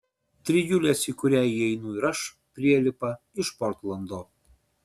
trijulės į kurią įeinu ir aš prielipa iš portlando